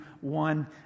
one